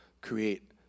create